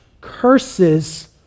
curses